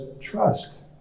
trust